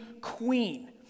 queen